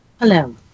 hello